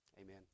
Amen